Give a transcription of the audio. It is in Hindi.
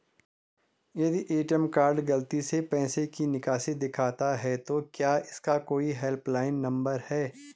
यदि ए.टी.एम कार्ड गलती से पैसे की निकासी दिखाता है तो क्या इसका कोई हेल्प लाइन नम्बर है?